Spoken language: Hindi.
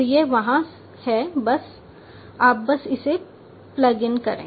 तो यह वहाँ है आप बस इसे प्लग इन करें